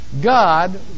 God